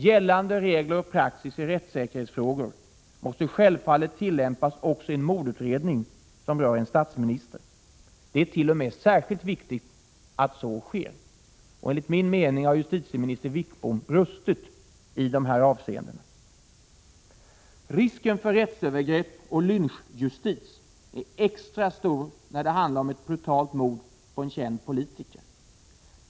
Gällande regler och praxis i rättssäkerhetsfrågor måste självfallet tillämpas också i en mordutredning som rör en statsminister. särskilt viktigt att så sker. Enligt min mening har justitieminister Sten Wickbom brustit i detta avseende. Risken för rättsövergrepp och lynchjustis är extra stor när det handlar om ett brutalt mord på en känd politiker.